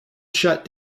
shut